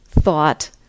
thought